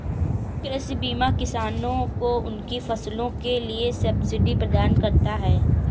कृषि बीमा किसानों को उनकी फसलों के लिए सब्सिडी प्रदान करता है